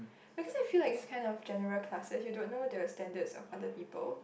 because I feel like it's kind of general classes you don't know the standards of other people